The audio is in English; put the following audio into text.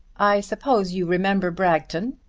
i suppose you remember bragton?